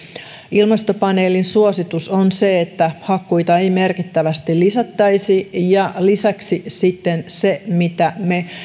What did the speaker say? ilmastopaneelin suositus on se että hakkuita ei merkittävästi lisättäisi ja lisäksi sitten siinä mitä